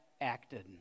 acted